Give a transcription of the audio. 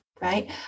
right